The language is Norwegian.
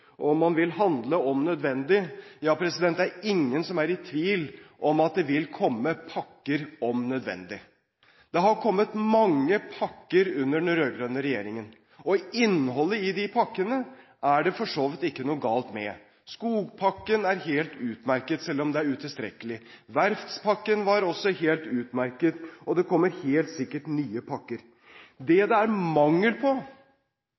og at man vil handle om nødvendig. Det er ingen som er i tvil om at det vil komme pakker om nødvendig. Det har kommet mange pakker under den rød-grønne regjeringen, og innholdet i de pakkene er det for så vidt ikke noe galt med. Skogpakken er helt utmerket, selv om den er utilstrekkelig. Verftspakken var også helt utmerket, og det kommer helt sikkert nye pakker. Det det er mangel på,